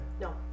No